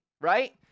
right